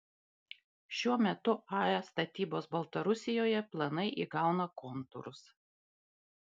šiuo metu ae statybos baltarusijoje planai įgauna kontūrus